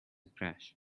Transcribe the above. crash